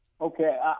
Okay